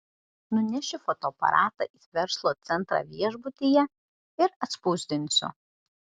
nunešiu fotoaparatą į verslo centrą viešbutyje ir atspausdinsiu